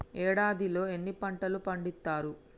ఏడాదిలో ఎన్ని పంటలు పండిత్తరు?